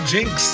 Jinx